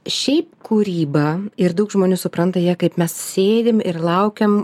šiaip kūryba ir daug žmonių supranta ją kaip mes sėdim ir laukiam